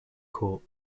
court